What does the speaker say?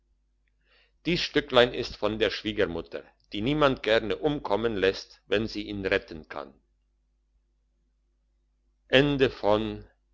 dies stücklein ist von der schwiegermutter die niemand gerne umkommen lässt wenn sie ihn retten kann